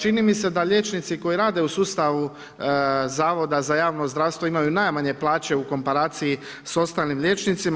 Čini mi se da liječnici koji rade u sustavu Zavoda za javno zdravstvo imaju najmanje plaće u komparaciji s ostalim liječnicima.